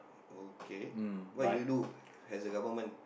okay what you do as a government